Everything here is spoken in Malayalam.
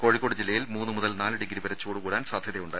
കോഴിക്കോട് ജില്ലയിൽ മൂന്നു മുതൽ നാലു ഡിഗ്രീ വരെ ചൂട് കൂടാൻ സാധ്യതയുണ്ട്